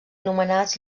nomenats